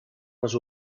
les